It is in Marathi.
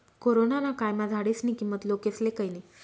कोरोना ना कायमा झाडेस्नी किंमत लोकेस्ले कयनी